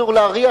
אסור להריח,